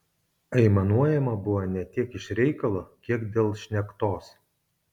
aimanuojama buvo ne tiek iš reikalo kiek dėl šnektos